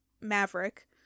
Maverick